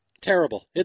Terrible